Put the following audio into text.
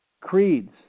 Creeds